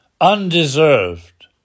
undeserved